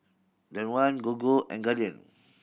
Danone Gogo and Guardian